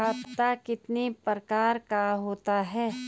खाता कितने प्रकार का होता है?